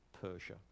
Persia